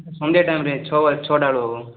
ସନ୍ଧ୍ୟା ଟାଇମ୍ରେ ଛଅ ଛଅଟାରୁ